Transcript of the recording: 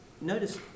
notice